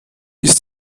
ist